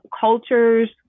cultures